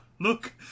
Look